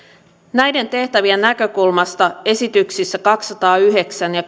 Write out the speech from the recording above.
näiden tehtävien näkökulmasta esityksissä kaksisataayhdeksän ja